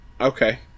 Okay